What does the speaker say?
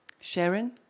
Sharon